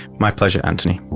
my pleasure antony.